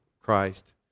Christ